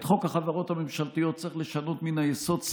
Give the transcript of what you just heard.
את חוק החברות הממשלתיות צריך לשנות מן היסוד.